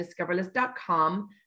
discoverless.com